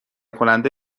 کننده